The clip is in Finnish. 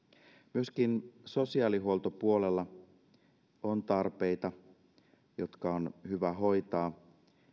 myöskin sosiaalihuoltopuolella on tarpeita jotka on hyvä hoitaa